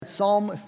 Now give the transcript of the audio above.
Psalm